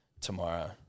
tomorrow